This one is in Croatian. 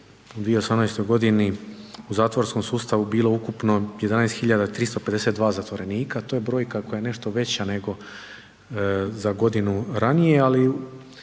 je 2018. godini u zatvorskom sustavu bilo ukupno 11.352 zatvorenika, to je brojka koja je nešto veća nego za godinu radnije, ali